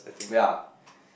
ya